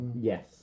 Yes